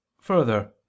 Further